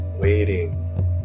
waiting